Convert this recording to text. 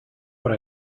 what